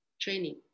training